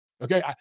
Okay